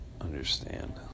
understand